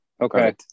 Okay